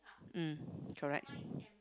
mm correct